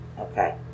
Okay